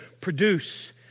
produce